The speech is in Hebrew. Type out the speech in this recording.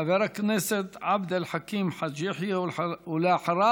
חבר הכנסת עבד אל חכים חאג' יחיא, ואחריו,